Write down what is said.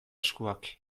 eskuak